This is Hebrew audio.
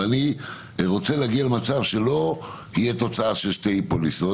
אני רוצה להגיע למצב שלא תהיה תוצאה של שתי פוליסות,